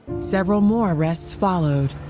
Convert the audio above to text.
several more arrests followed.